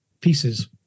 pieces